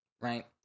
Right